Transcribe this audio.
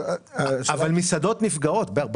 אבל ברור שיש מסעדות שנסגרות,